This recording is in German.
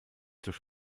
durch